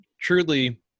truly